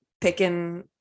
picking